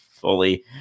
fully